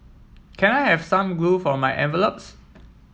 can I have some glue for my envelopes